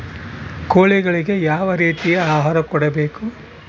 ಕೋಳಿಗಳಿಗೆ ಯಾವ ರೇತಿಯ ಆಹಾರ ಕೊಡಬೇಕು?